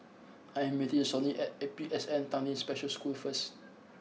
I am meeting Sonny at A P S N Tanglin Special School first